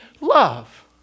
love